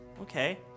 okay